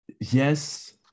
yes